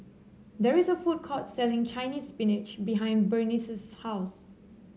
there is a food court selling Chinese Spinach behind Burnice's house